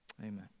Amen